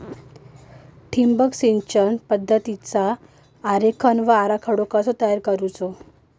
ठिबक सिंचन पद्धतीचा आरेखन व आराखडो कसो तयार करायचो?